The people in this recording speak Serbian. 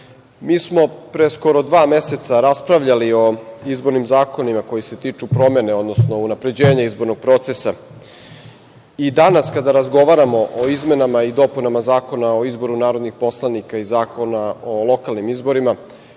mi smo pre skoro dva meseca raspravljali o izbornim zakonima koji se tiču promene, odnosno unapređenja izbornog procesa i danas, kada razgovaramo o izmenama i dopunama Zakona o izboru narodnih poslanika i Zakona o lokalnim izborima,